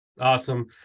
awesome